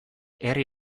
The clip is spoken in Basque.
herri